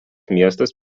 miestas